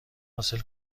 حاصل